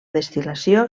destil·lació